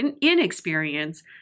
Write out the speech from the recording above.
inexperience